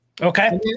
Okay